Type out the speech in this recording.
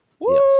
Yes